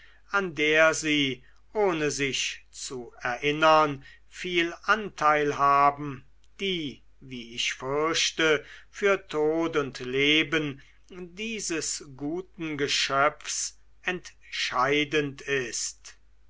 an der sie ohne sich zu erinnern viel anteil haben die wie ich fürchte für tod und leben dieses guten geschöpfs entscheidend ist